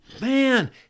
Man